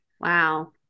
Wow